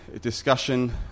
discussion